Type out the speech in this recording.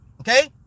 okay